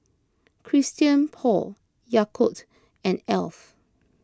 Christian Paul Yakult and Alf